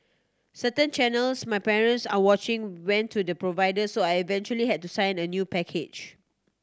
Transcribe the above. certain channels my parents are watching went to the providers so I eventually had to sign a new package